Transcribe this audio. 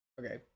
Okay